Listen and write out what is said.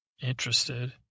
interested